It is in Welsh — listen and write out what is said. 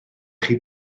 chi